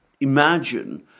imagine